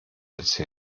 erzählen